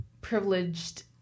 privileged